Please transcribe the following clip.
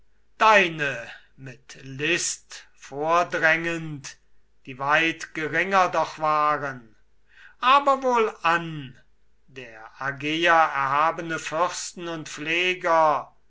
deine mit list vordrängend die weit geringer doch waren aber wohlan der argeier erhabene fürsten und pfleger